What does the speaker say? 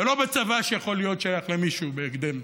ולא בצבא שיכול להיות שייך למישהו בהקדם,